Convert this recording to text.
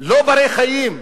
לא בני-חיים,